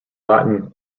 latin